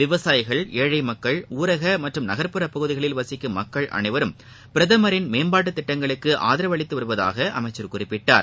விவசாயிகள் ஏனழ மக்கள் ஊரக மற்றும் நன்ப்புற பகுதிகளில் வசிக்கும் மக்கள் அனைவரும் பிரதமரின் மேம்பாட்டுத் திட்டங்களுக்கு ஆதரவு அளித்து வருவதாக அளமச்சர் குறிப்பிட்டார்